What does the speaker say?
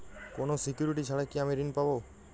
কোনো সিকুরিটি ছাড়া কি আমি ঋণ পাবো?